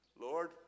Lord